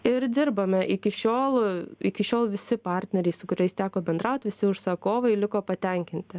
ir dirbame iki šiol iki šiol visi partneriai su kuriais teko bendraut visi užsakovai liko patenkinti